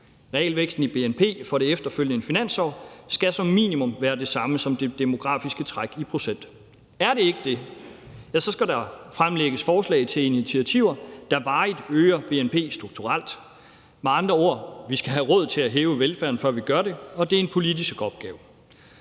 Realvæksten i bnp for det efterfølgende finansår skal som minimum være den samme som det demografiske træk i procent. Er den ikke det, skal der fremlægges forslag til initiativer, der varigt øger bnp strukturelt. Med andre ord: Vi skal have råd til at hæve velfærden, før vi gør det, og det er en politisk opgave.